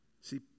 See